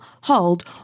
hold